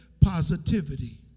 positivity